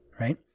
Right